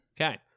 Okay